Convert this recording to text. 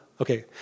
okay